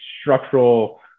structural